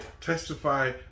testify